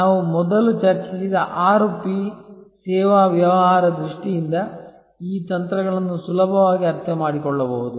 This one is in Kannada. ನಾವು ಮೊದಲು ಚರ್ಚಿಸಿದ ಆರು P ಸೇವಾ ಸೇವಾ ವ್ಯವಹಾರದ ದೃಷ್ಟಿಯಿಂದ ಈ ತಂತ್ರಗಳನ್ನು ಸುಲಭವಾಗಿ ಅರ್ಥಮಾಡಿಕೊಳ್ಳಬಹುದು